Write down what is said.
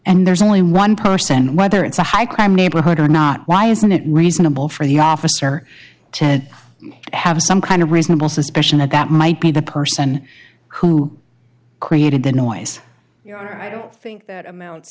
and there's only one percent whether it's a high crime neighborhood or not why isn't it reasonable for the officer to have some kind of reasonable suspicion that that might be the person who created the noise i don't think that amounts